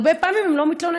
הרבה פעמים הם לא מתלוננים.